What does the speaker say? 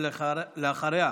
אחריה,